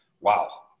wow